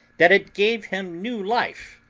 that it gave him new life.